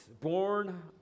born